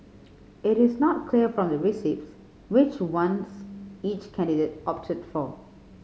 it is not clear from the receipts which ones each candidate opted for